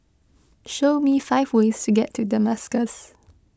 show me five ways to get to Damascus